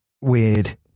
weird